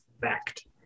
Fact